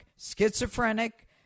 schizophrenic